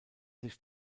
sich